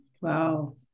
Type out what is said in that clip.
Wow